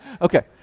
okay